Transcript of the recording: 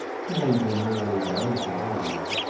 two men came hurriedly down the companion.